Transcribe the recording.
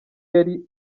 yari